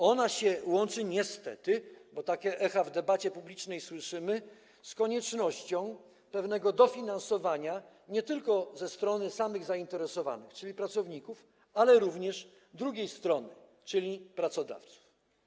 Ona się łączy niestety - bo takie echa w debacie publicznej słyszymy - z koniecznością pewnego dofinansowania nie tylko ze strony samych zainteresowanych, czyli pracowników, ale również drugiej strony, czyli pracodawców.